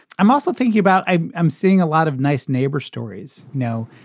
i'm also thinking about i'm i'm seeing a lot of nice neighbor stories. no,